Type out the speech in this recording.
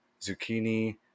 zucchini